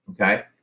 Okay